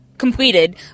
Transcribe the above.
Completed